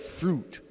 fruit